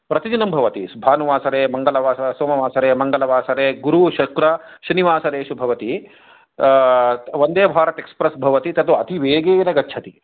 प्रतिदिनं भवति भानुवासरे मङ्गलवासरे सोमवासरे मङ्गलवासरे गुरुशुक्रशनिवासरेषु भवति वन्देभारत् एक्स्प्रेस् भवति तत् अतिवेगेन गच्छति